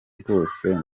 bwose